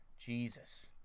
Jesus